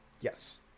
Yes